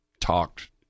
talked